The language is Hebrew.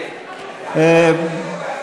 איימן עודה,